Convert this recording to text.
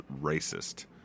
racist